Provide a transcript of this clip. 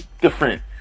different